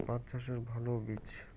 পাঠ চাষের ভালো বীজ?